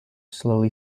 slowly